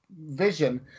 vision